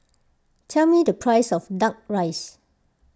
tell me the price of Duck Rice